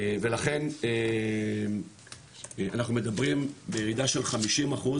ולכן אנחנו מדברים בירידה של 50%